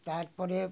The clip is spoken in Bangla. তার পরে